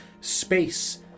space